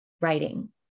writing